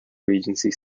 regency